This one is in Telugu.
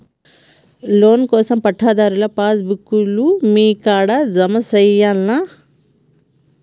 లోన్ కోసం పట్టాదారు పాస్ బుక్కు లు మీ కాడా జమ చేయల్నా?